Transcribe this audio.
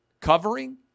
covering